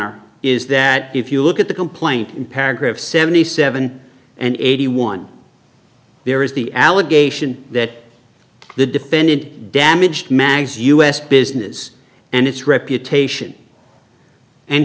honor is that if you look at the complaint in paragraph seventy seven and eighty one there is the allegation that the defendant damaged mag's u s business and its reputation and